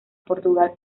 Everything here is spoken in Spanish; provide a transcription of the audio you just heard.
portugal